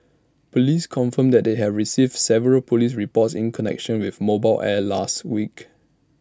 Police confirmed they had received several Police reports in connection with mobile air last week